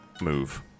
move